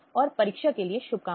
धन्यवाद